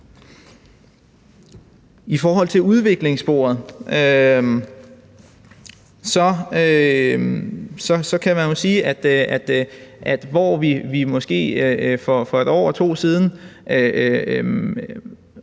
I forhold til udviklingssporet kan man jo sige, at hvor vi måske for 1 år eller 2 år siden